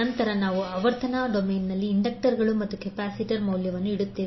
ನಂತರ ನಾವು ಆವರ್ತನ ಡೊಮೇನ್ನಲ್ಲಿ ಇಂಡಕ್ಟರುಗಳು ಮತ್ತು ಕೆಪಾಸಿಟರ್ ಮೌಲ್ಯವನ್ನು ಇಡುತ್ತೇವೆ